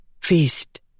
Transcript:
feast